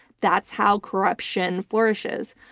that's how corruption flourishes.